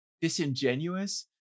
disingenuous